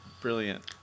Brilliant